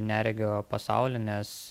neregio pasaulį nes